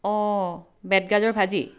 অঁ বেতগাঁজৰ ভাজি